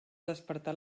despertar